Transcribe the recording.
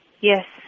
yes